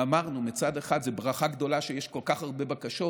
אמרנו שמצד אחד זאת ברכה גדולה שיש כל כך הרבה בקשות,